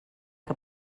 que